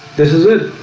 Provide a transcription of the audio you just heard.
this is it,